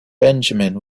benjamin